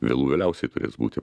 vėlų vėliausiai turės būti